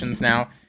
now